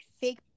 fake